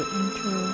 enter